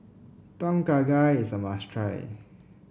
Tom Kha Gai is a must try